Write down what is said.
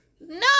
No